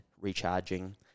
recharging